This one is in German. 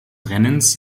rennens